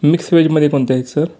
mix व्हेजमध्ये कोणतं आहेत सर